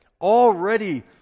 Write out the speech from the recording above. Already